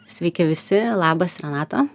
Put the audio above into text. sveiki visi labas renata